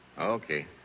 Okay